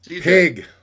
pig